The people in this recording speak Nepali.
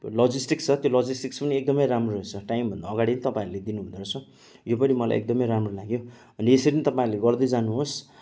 लजिस्टिक छ त्यो लजिस्टिक पनि एकदमै राम्रो रहेछ टाइम भन्दा अगाडि तपाईँहरूले दिनुहुँदो रहेछ यो पनि मलाई एकदमै राम्रो लाग्यो अनि यसरी नै तपाईँहरूले गर्दै जानुहोस् अनि